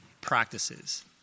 practices